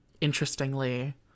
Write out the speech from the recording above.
interestingly